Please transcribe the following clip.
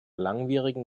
langwierigen